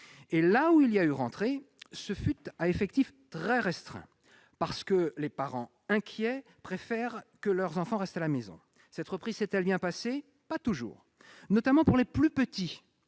rentrée il y eut, ce fut à effectifs très restreints, des parents inquiets préférant que leurs enfants restent à la maison. Cette reprise s'est-elle bien passée ? Pas toujours, notamment pour les plus petits,